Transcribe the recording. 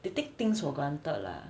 they take things for granted lah